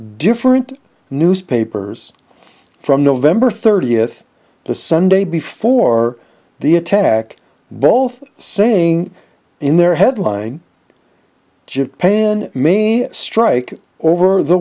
different newspapers from november thirtieth the sunday before the attack both saying in their headline just pay me strike over the